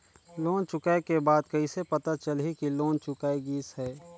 Loan चुकाय के बाद कइसे पता चलही कि लोन चुकाय गिस है?